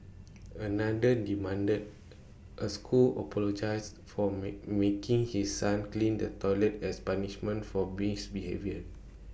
another demanded A school apologise for making his son clean the toilet as punishment for misbehaviour